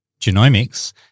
genomics